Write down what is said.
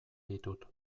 ditut